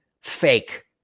fake